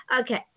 Okay